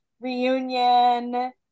reunion